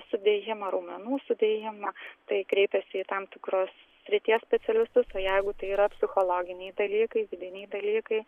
sudėjimą raumenų sudėjimą tai kreipiasi į tam tikrus srities specialistus o jeigu tai yra psichologiniai dalykai vidiniai dalykai